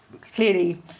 clearly